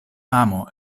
amo